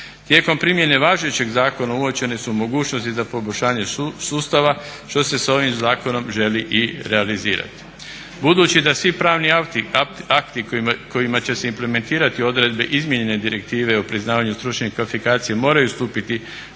Tijekom primjene važećeg zakona uočene su mogućnosti za poboljšanje sustava što se s ovim zakonom želi i realizirati. Budući da svi pravni akti kojima će se implementirati odredbe izmijenjene direktive o priznavanju stručnih kvalifikacija moraju stupiti